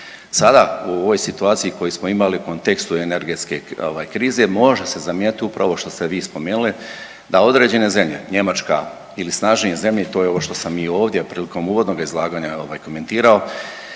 Sada u ovoj situaciji koju smo imali u kontekstu energetske krize može se zamijetit upravo ovo što ste vi spomenuli da određene zemlje Njemačka ili snažnije zemlje, to je ovo što sam i ovdje prilikom uvodnoga izlaganja komentirao